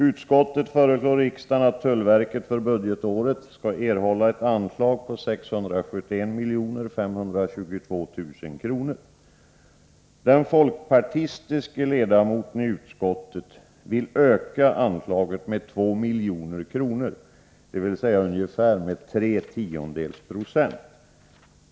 Utskottet föreslår riksdagen att tullverket för budgetåret skall erhålla ett anslag på 671 522 000 kr. Den folkpartistiske ledamoten i utskottet vill öka anslaget med 2 milj.kr., dvs. med ungefär tre tiondels procent.